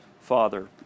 Father